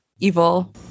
evil